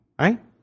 Right